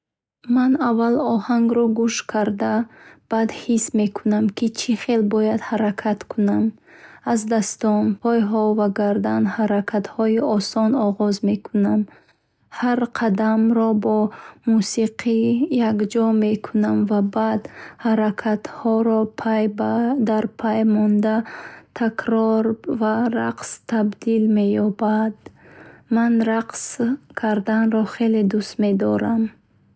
Ман авал оҳангро гӯш карда, Баъд ҳис макунам ки чӣ хел бояд ҳаракат кунам, Ҳаракатҳои содда ва вучуд меоянд. Аз дастон, пойҳо ва гардан ҳаракатҳои осон оғоз мекунам Ҳар қадамро бо мусиқӣ якҷо мекунам ва бад ҳаракатҳоро пай дар пай монда, такрор ва рақс табдил меёбад. Ман рақс карданро хеле дуст медорам.